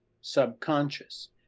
subconscious